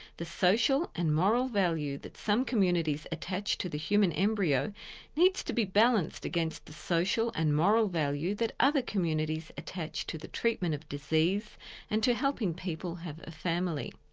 the social and moral value that some communities attach to the human embryo needs to be balanced against the social and moral value that other communities attach to the treatment of disease and to helping people have a family.